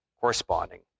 corresponding